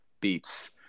beats